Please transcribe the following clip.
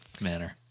manner